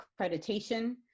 accreditation